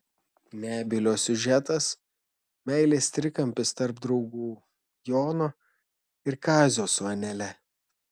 nebylio siužetas meilės trikampis tarp draugų jono ir kazio su anele